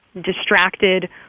distracted